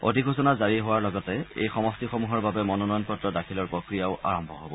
অধিসূচনা জাৰি হোৱাৰ লগতে এই সমষ্টিসমূহৰ বাবে মনোনয়ন পত্ৰ দাখিলৰ প্ৰক্ৰিয়াও আৰম্ভ হব